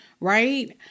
right